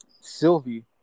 Sylvie